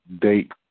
date